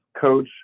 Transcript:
coach